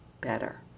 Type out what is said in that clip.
better